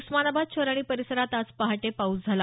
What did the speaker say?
उस्मानाबाद शहर आणि परिसरात आज पहाटे पाऊस झाला